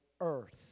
earth